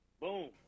boom